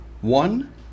one